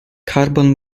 carbon